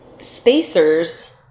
Spacers